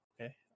okay